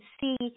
see